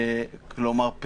כלומר,